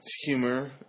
Humor